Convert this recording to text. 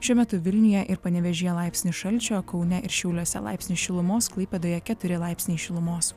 šiuo metu vilniuje ir panevėžyje laipsnis šalčio kaune ir šiauliuose laipsnis šilumos klaipėdoje keturi laipsniai šilumos